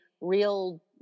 real